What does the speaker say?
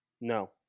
no